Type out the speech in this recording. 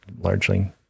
largely